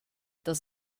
das